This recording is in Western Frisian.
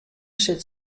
sit